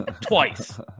twice